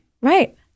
Right